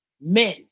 men